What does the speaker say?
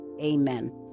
Amen